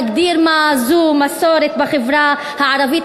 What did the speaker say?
להגדיר מה זו מסורת בחברה הערבית,